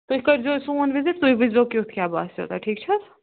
تُہۍ کٔرزیٚو سون وِزِٹ تُہۍ وچھزیٚو کیُتھ کیاہ باسیٚو تۄہہِ ٹھیٖک چھ حظ